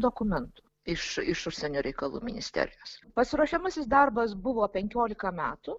dokumentų iš iš užsienio reikalų ministerijos pasiruošiamasis darbas buvo penkiolika metų